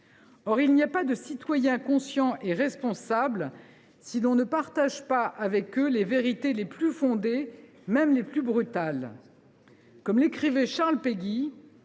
Or il n’y a pas de citoyens conscients et responsables si l’on ne partage pas avec eux les vérités les plus fondées, même les plus brutales. « Comme l’écrivait Charles Péguy,